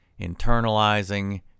internalizing